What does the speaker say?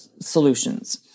solutions